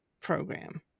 program